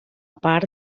part